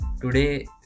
Today